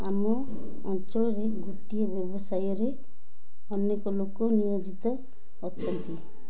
ଆମ ଅଞ୍ଚଳରେ ଗୋଟିଏ ବ୍ୟବସାୟରେ ଅନେକ ଲୋକ ନିୟୋଜିତ ଅଛନ୍ତି